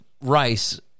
Rice